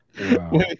Wow